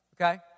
okay